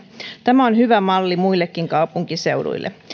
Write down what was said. tämä on hyvä malli muillekin kaupunkiseuduille